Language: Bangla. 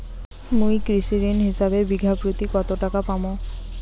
মুই কৃষি ঋণ হিসাবে বিঘা প্রতি কতো টাকা পাম?